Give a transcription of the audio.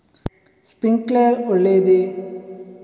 Sprinkler ಒಳ್ಳೇದೇ?